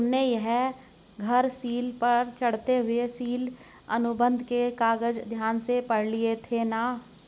तुमने यह घर लीस पर चढ़ाते हुए लीस अनुबंध के कागज ध्यान से पढ़ लिए थे ना?